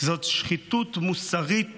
זה שחיתות מוסרית